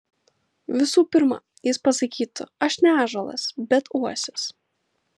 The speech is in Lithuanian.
visų pirma jis pasakytų aš ne ąžuolas bet uosis